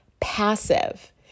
passive